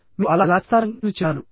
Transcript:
మీరు అలా ఎలా చేస్తారని నేను చెప్పాను